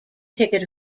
ticket